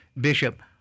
Bishop